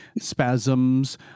spasms